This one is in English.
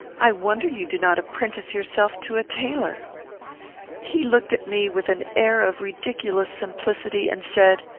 i wonder you do not apprentice yourself to a tailor he looked at me with an air of ridiculous simplicity, and said,